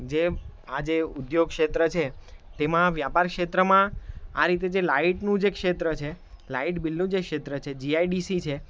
જે આજે ઉદ્યોગ ક્ષેત્ર છે તેમાં વ્યાપાર ક્ષેત્રમાં આ રીતે જે લાઇટનું જે ક્ષેત્ર છે લાઇટ બિલનું જે ક્ષેત્ર છે જીઆઈડીસી છે